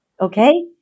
Okay